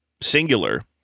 singular